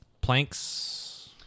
planks